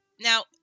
Now